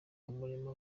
umurimo